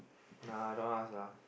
nah I don't want to ask lah